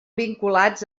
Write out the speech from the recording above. vinculants